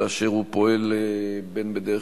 דוגמת